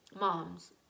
Moms